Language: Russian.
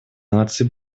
наций